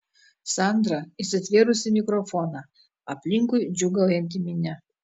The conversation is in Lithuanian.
sandra įsitvėrusi mikrofoną aplinkui džiūgaujanti minia